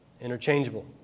Interchangeable